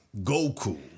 Goku